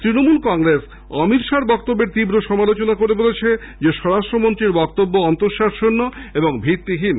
ত়ণমূল কংগ্রেস অমিত শাহ র বক্তব্যের তীব্র সমালোচনা করে বলেছে স্বরাষ্ট্র মন্ত্রীর বক্তব্য অন্তঃসারশন্য ও ভিত্তিহীন